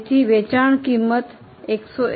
તેથી વેચાણ કિંમત 151